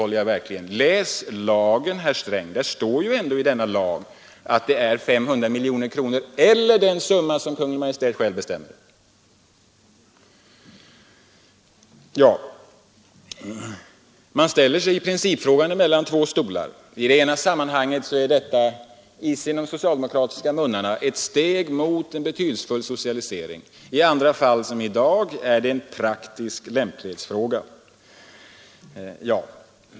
Läs lagen, herr Sträng! Där står ju att det är 500 miljoner kronor eller den summa som Kungl. Maj:t själv bestämmer. Man sitter i principfrågan på två stolar. I det ena sammanhanget är AP-fondens aktieköp i de socialdemokratiska munnarna ett steg mot en betydelsefull socialisering, i ett annat sammanhang som i dag är det en ”praktisk lämplighetsfråga”.